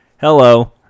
hello